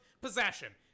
possession